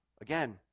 Again